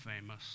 famous